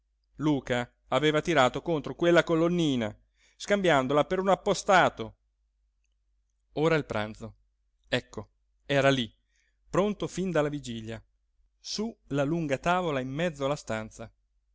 luca aveva tirato contro quella colonnina scambiandola per un appostato ora il pranzo ecco era lí pronto fin dalla vigilia su la lunga tavola in mezzo alla stanza